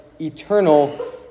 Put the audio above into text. eternal